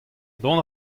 dont